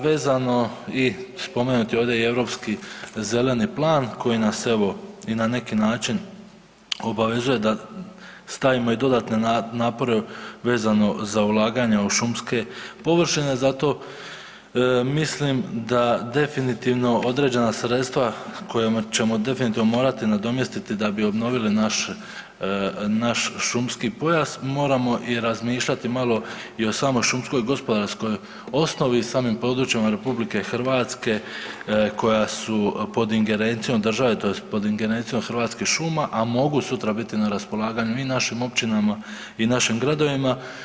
Vezano i spomenut je ovdje i Europski zeleni plan koji nas evo i na neki način obavezuje da stavimo i dodatne napore vezano za ulaganja u šumske površine zato mislim da definitivno određena sredstva kojima ćemo definitivno morati nadomjestiti da bi obnovili naš, naš šumski pojas moramo razmišljati malo i o samoj šumskoj gospodarskoj osnovi i samim područjima RH koja su pod ingerencijom države tj. pod ingerencijom Hrvatskih šuma, a mogu sutra biti na raspolaganju i našim općinama i našim gradovima.